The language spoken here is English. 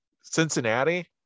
Cincinnati